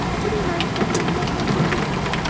would you mind stepping in here for a few minutes?